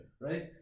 right